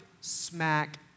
smack